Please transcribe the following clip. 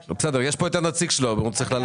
בסדר, יש פה את הנציג שלו, אבל הוא צריך ללכת.